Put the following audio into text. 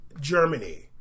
Germany